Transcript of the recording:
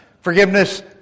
Forgiveness